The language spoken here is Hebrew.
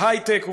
בהיי-טק,